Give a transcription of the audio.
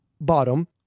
bottom